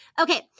Okay